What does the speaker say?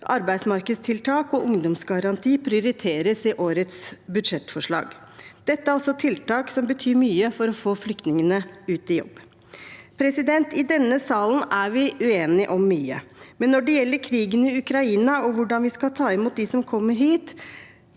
arbeidsmarkedstiltak og ungdomsgaranti prioriteres i årets budsjettforslag. Dette er tiltak som betyr mye for å få flyktningene ut i jobb. I denne salen er vi uenige om mye, men når det gjelder krigen i Ukraina og hvordan vi skal ta imot dem som kommer hit,